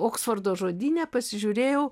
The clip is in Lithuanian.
oksfordo žodyne pasižiūrėjau